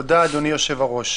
תודה, אדוני היושב-ראש.